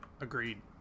agreed